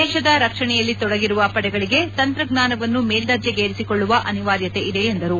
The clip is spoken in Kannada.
ದೇಶದ ರಕ್ಷಣೆಯಲ್ಲಿ ತೊಡಗಿರುವ ಪಡೆಗಳಿಗೆ ತಂತ್ರಜ್ಞಾನವನ್ನು ಮೇಲ್ದರ್ಜೆಗೇರಿಸಿಕೊಳ್ಳುವ ಅನಿವಾರ್ಯತೆ ಇದೆ ಎಂದರು